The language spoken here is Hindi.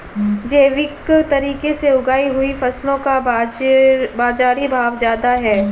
जैविक तरीके से उगाई हुई फसलों का बाज़ारी भाव ज़्यादा है